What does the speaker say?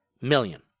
Million